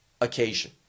occasion